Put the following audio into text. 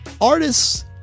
Artists